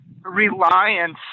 reliance